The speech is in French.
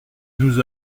nous